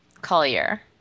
Collier